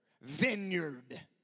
vineyard